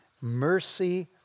mercy